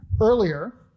earlier